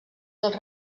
dels